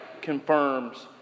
confirms